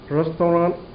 restaurant